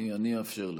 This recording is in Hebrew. אאפשר לך.